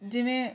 ਜਿਵੇਂ